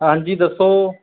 ਹਾਂਜੀ ਦੱਸੋ